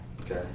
Okay